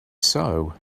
sow